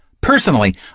personally